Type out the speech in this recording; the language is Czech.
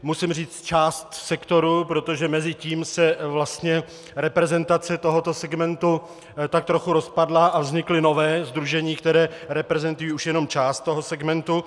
Musím říct část sektoru, protože mezitím se vlastně reprezentace tohoto segmentu tak trochu rozpadla a vznikla nová sdružení, která reprezentují už jenom část toho segmentu.